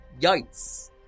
Yikes